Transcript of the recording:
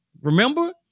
Remember